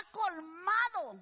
colmado